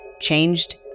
changed